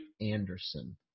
Anderson